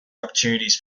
opportunities